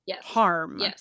harm